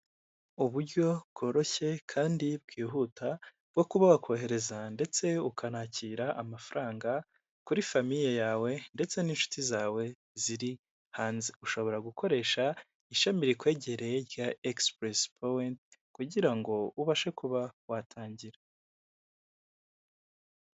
Uburyo bworoshye kandi bwihuta bwo kuba wakohereza ndetse ukanakira amafaranga kuri famiye yawe ndetse n'inshuti zawe ziri hanze, ushobora gukoresha ishami rikwegereye rya egisipuresi powenti kugira ngo ubashe kuba watangira.